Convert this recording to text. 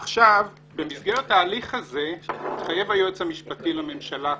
במסגרת ההליך הזה התחייב היועץ המשפטי לממשלה,